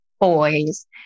boys